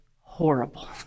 horrible